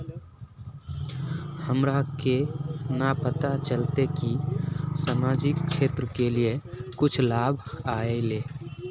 हमरा केना पता चलते की सामाजिक क्षेत्र के लिए कुछ लाभ आयले?